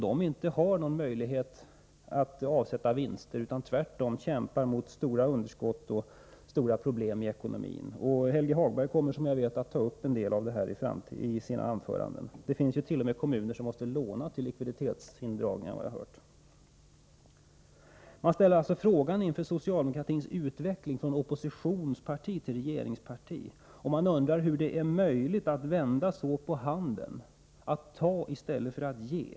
Kommunerna har ingen möjlighet att avsätta vinster, utan kämpar i stället mot stora underskott och stora problem i ekonomin — Helge Hagberg kommer att ta upp en del av de här frågorna i sitt anförande. Det finns t.o.m. kommuner som måste låna till likviditetsindragningar, har jag hört. Inför socialdemokratins utveckling från oppositionsparti till regeringsparti ställer man sig frågan, hur det är möjligt att vända så på handen, att ta i stället för att ge.